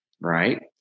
Right